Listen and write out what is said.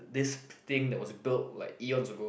this thing that was build like eons ago